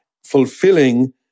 fulfilling